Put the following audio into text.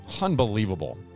Unbelievable